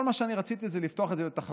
כל מה שרציתי זה לפתוח את זה לתחרות,